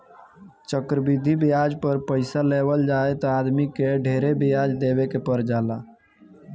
चक्रवृद्धि ब्याज पर पइसा लेवल जाए त आदमी के ढेरे ब्याज देवे के पर जाला